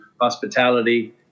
hospitality